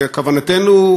וכוונתנו,